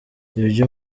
ibyo